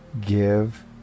give